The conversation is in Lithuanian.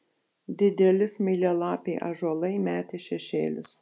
dideli smailialapiai ąžuolai metė šešėlius